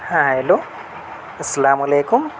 ہاں ہیلو السّلام علیکم